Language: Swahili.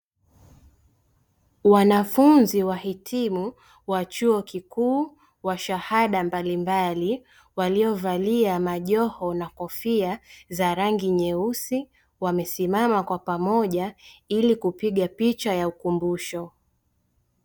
Wanafunzi wahitimu wa chuo kikuu wa shahada mbalimbali waliovalia majoho na kofia za rangi nyeusi wamesimama kwa pamoja ili kupiga picha ya ukumbusho.